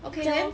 就将 lor